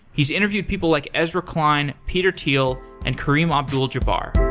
he's interviewed people like ezra klein, peter thiel, and kareem abdul-jabbar